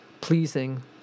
pleasing